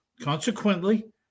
Consequently